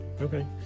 Okay